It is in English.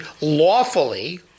lawfully